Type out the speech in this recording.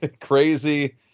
crazy